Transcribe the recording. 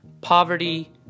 poverty